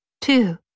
Two